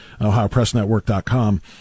OhioPressNetwork.com